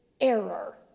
error